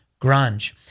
grunge